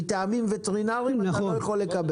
מטעמים וטרינריים אתה לא יכול לקבל.